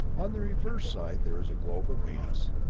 on the reverse side there is a globe of venus,